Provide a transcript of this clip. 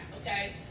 Okay